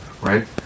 right